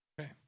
Okay